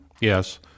Yes